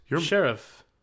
Sheriff